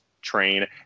train